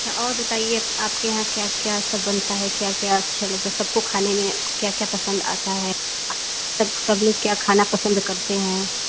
अच्छा और बताइए आपके यहाँ क्या क्या सब बनता है क्या क्या अच्छा लगता है सबको खाने में क्या क्या पसंद आता है सब सब लोग क्या खाना पसंद करते हैं